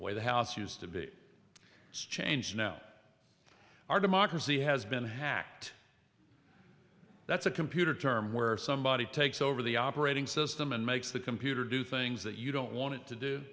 the way the house used to be changed now our democracy has been hacked that's a computer term where somebody takes over the operating system and makes the computer do things that you don't want it to do